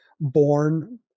born